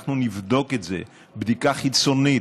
אנחנו נבדוק את זה בדיקה חיצונית,